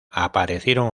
aparecieron